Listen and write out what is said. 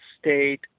State